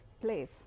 place